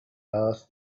asked